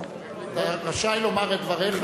אתה רשאי לומר את דבריך,